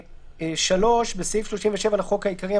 "תיקון סעיף 37 3. בסעיף 37 לחוק העיקרי,